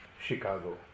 Chicago